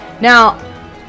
Now